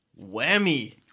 Whammy